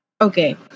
Okay